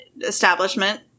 establishment